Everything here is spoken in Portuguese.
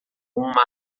uma